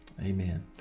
Amen